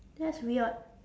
that's weird